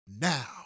now